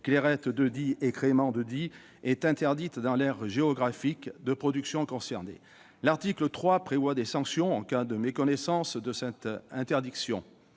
Clairette de Die et « Crémant de Die » est interdite dans l'aire géographique de production concernée. L'article 3 prévoit des sanctions en cas de méconnaissance de cette interdiction.